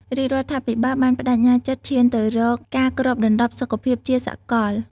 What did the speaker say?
រាជរដ្ឋាភិបាលបានប្តេជ្ញាចិត្តឈានទៅរកការគ្របដណ្ដប់សុខភាពជាសកល។